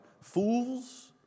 fools